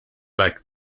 like